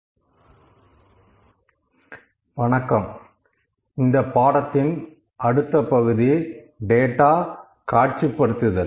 அளவியல் புள்ளிவிவரங்கள் அடிப்படை கருத்துக்கள் பகுதி 23 இந்தப் பாடத்தின் அடுத்த பகுதி டேட்டா காட்சிப்படுத்துதல்